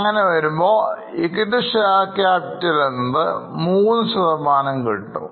Equity Share Capital എന്നത് 3 ആണ്